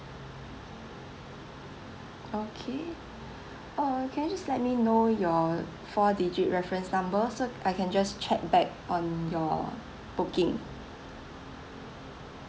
okay or can you just let me know your four digit reference number so I can just check back on your booking